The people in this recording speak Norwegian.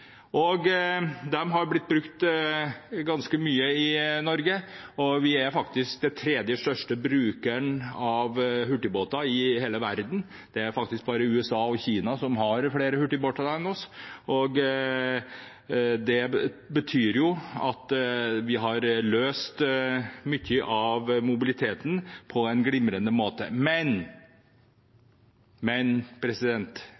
blitt ganske mye brukt i Norge. Vi er faktisk den tredje største brukeren av hurtigbåter i hele verden – det er bare USA og Kina som har flere hurtigbåter enn oss – og det betyr at vi har løst mye av mobiliteten på en glimrende måte. Men